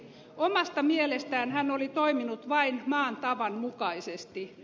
omasta mielestään hän oli toiminut vain maan tavan mukaisesti